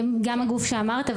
גם הגוף שאמרת,